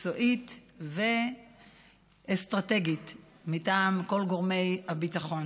מקצועית ואסטרטגית מטעם כל גורמי הביטחון.